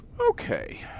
Okay